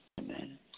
Amen